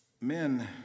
Men